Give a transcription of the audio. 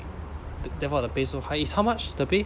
therefore the pay so high is how much the pay